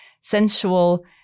sensual